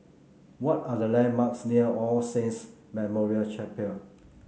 what are the landmarks near All Saints Memorial Chapel